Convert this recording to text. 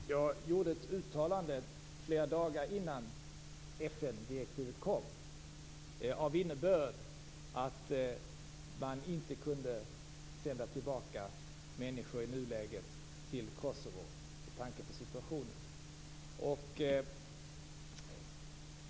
Herr talman! Jag gjorde ett uttalande flera dagar innan FN-direktivet kom, av innebörd att man i nuläget inte kunde sända tillbaka människor till Kosovo med tanke på situationen.